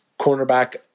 cornerback